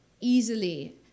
easily